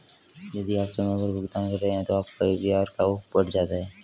यदि आप समय पर भुगतान कर रहे हैं तो आपका ए.पी.आर क्यों बढ़ जाता है?